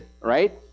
right